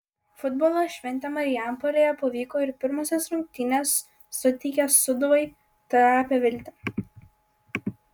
futbolo šventė marijampolėje pavyko ir pirmosios rungtynės suteikia sūduvai trapią viltį